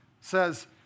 says